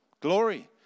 Glory